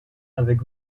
avec